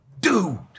dude